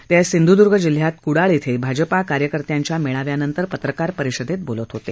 ते आज सिंध्दूर्ग जिल्ह्यात क्डाळ इथं भाजप कार्यकर्त्यांच्या मेळाव्यानंतर पत्रकार परिषदेत बोलत होते